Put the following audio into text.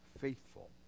faithful